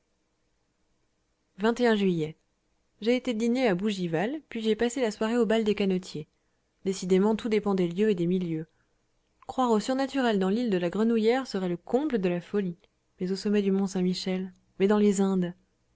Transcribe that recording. juillet j'ai été dîner à bougival puis j'ai passé la soirée au bal des canotiers décidément tout dépend des lieux et des milieux croire au surnaturel dans l'île de la grenouillière serait le comble de la folie mais au sommet du mont saint-michel mais dans les indes